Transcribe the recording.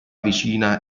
vicina